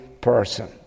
person